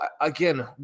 again